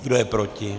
Kdo je proti?